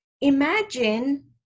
imagine